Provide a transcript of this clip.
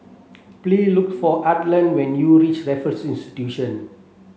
please look for Arland when you reach Raffles Institution